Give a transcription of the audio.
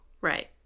right